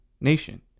nation